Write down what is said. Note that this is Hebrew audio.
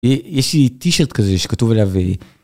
יש לי טישרט כזה שכתוב עליו